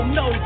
no